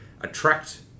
attract